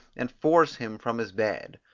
and force him from his bed.